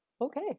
okay